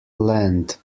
land